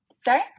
Sorry